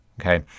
okay